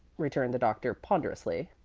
returned the doctor, ponderously,